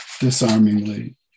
disarmingly